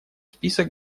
список